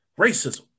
Racism